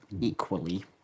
equally